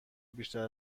بیشتر